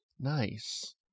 Nice